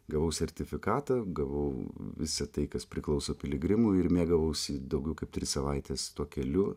gavau sertifikatą gavau visą tai kas priklauso piligrimui ir mėgavausi daugiau kaip tris savaites tuo keliu